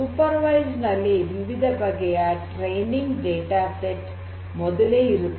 super ವೈಜ್ಡ್ ನಲ್ಲಿ ವಿವಿಧ ಬಗೆಯ ಟ್ರೈನಿಂಗ್ ಡೇಟಾ ಸೆಟ್ ಮೊದಲೇ ಇರುತ್ತದೆ